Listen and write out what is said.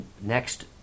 next